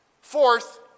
Fourth